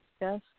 Yes